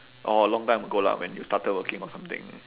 orh long time ago lah when you started working or something